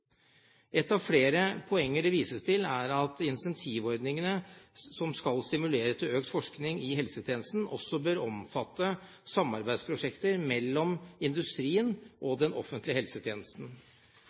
Et av flere poeng det vises til, er at incentivordningene som skal stimulere til økt forskning i helsetjenesten, også bør omfatte samarbeidsprosjekter mellom industrien og